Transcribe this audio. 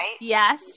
Yes